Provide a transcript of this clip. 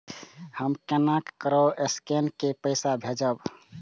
हम केना ककरो स्केने कैके पैसा भेजब?